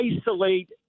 isolate